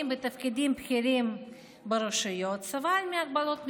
בתפקידים בכירים ברשויות סבל מהגבלות מסוימות,